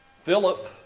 Philip